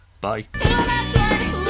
Bye